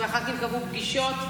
והח"כים קבעו פגישות,